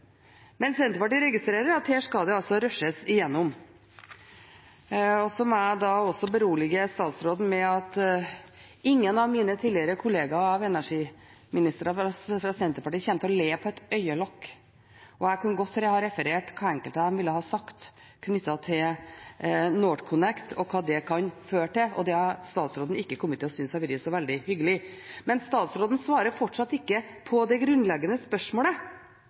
Men Senterpartiet registrerer at her skal det altså rushes igjennom. Så må jeg også berolige statsråden med at ingen av mine tidligere kollegaer, energiministre fra Senterpartiet, kommer til å lee på et øyelokk. Jeg kunne ha referert hva enkelte av dem ville ha sagt knyttet til NorthConnect og hva det kan føre til, og det hadde statsråden ikke kommet til å synes hadde vært så veldig hyggelig. Men statsråden svarer fortsatt ikke på det grunnleggende spørsmålet